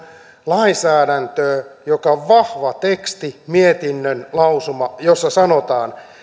lainsäädäntöä joka on vahva teksti mietinnön lausuma jossa sanotaan että